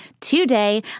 today